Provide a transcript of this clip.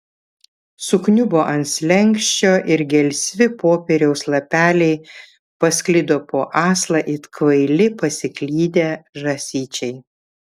sukniubo ant slenksčio ir gelsvi popieriaus lapeliai pasklido po aslą it kvaili pasiklydę žąsyčiai